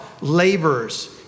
laborers